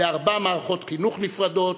לארבע מערכות חינוך נפרדות: